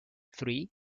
three